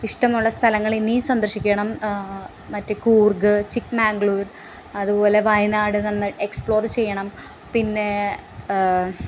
ഇഷ്ടമുള്ള സ്ഥലങ്ങൾ ഇനിയും സന്ദർശിക്കണം മറ്റേ കൂർഗ് ചിക്ക് മാംഗ്ലൂർ അതുപൊലെ വയനാട് നമ്മൾ എക്സ്പ്ലോറ് ചെയ്യണം പിന്നേ